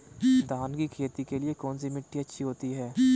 धान की खेती के लिए कौनसी मिट्टी अच्छी होती है?